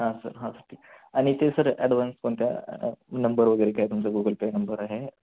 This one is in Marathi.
हां सर हां सर ठीक आणि ते सर ॲडव्हान्स कोणत्या नंबर वगैरे काय तुमचा गुगल पे नंबर आहे